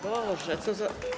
Boże, co za.